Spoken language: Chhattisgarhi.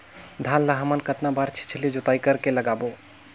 धान ला हमन कतना बार छिछली जोताई कर के लगाबो?